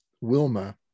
Wilma